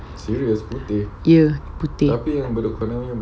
ya putih